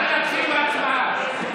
נא להתחיל בהצבעה.